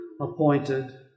appointed